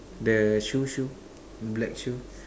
the shoe shoe black shoe